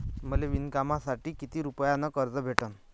मले विणकामासाठी किती रुपयानं कर्ज भेटन?